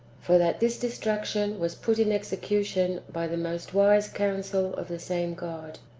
for that this destruction was put in execution by the most wise counsel of the same god.